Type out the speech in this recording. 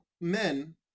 men